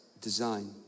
design